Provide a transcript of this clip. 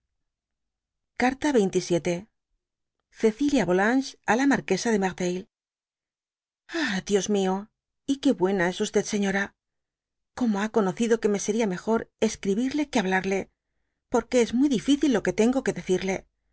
carta xxvii cecilia volanges á la marquesa de merteuil i ah dios mió y que buena es señora como ha conocido que me seria mejor escribirle que hablarle porque es muy difícil lo que tengo que decirle